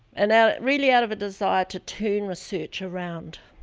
and and really out of a desire to turn research around.